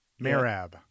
Marab